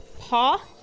paw